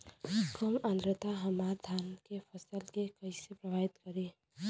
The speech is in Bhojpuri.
कम आद्रता हमार धान के फसल के कइसे प्रभावित करी?